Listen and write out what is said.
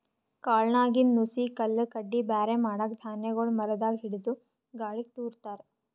ಕಾಳ್ನಾಗಿಂದ್ ನುಸಿ ಕಲ್ಲ್ ಕಡ್ಡಿ ಬ್ಯಾರೆ ಮಾಡಕ್ಕ್ ಧಾನ್ಯಗೊಳ್ ಮರದಾಗ್ ಹಿಡದು ಗಾಳಿಗ್ ತೂರ ತಾರ್